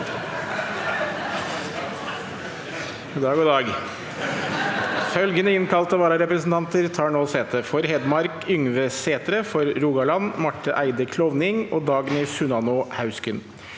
tatt sete. Følgende innkalte vararepresentanter tar nå sete: For Hedmark: Yngve Sætre For Rogaland: Marte Eide Klovning og Dagny Sunnanå Hausken